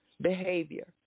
behavior